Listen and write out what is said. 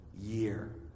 year